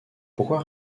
pourquoi